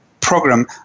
program